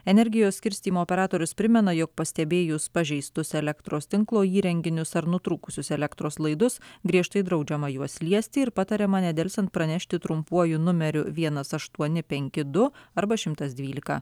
energijos skirstymo operatorius primena jog pastebėjus pažeistus elektros tinklo įrenginius ar nutrūkusius elektros laidus griežtai draudžiama juos liesti ir patariama nedelsiant pranešti trumpuoju numeriu vienas aštuoni penki du arba šimtas dvylika